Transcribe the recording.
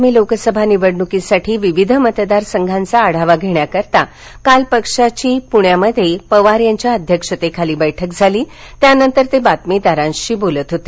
आगामी लोकसभा निवडणुकीसाठी विविध मतदारसघांचा आढावा घेण्यासाठी काल पक्षाची प्रण्यात पवार यांच्या अध्यक्षतेखाली बैठक झाली त्यानंतर ते बातमीदारांशी बोलत होते